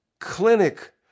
clinic